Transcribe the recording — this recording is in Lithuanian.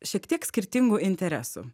šiek tiek skirtingų interesų